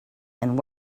and